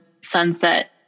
sunset